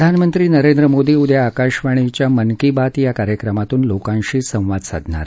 प्रधानमंत्री नरेंद्र मोदी उद्या आकाशवाणीच्या मन की बात या कार्यक्रमातून लोकांशी संवाद साधणार आहेत